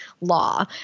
law